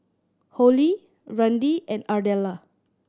Hollie Randi and Ardella